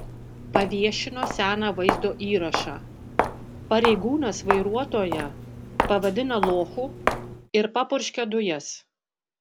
paviešino seną vaizdo įrašą pareigūnas vairuotoją pavadina lochu ir papurškia dujas